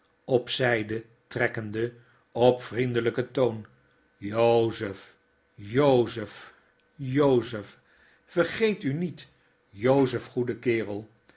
op zflde trekkende op vriendelyken toon jozef jozef jozef vergeet u niet jozef goede kerel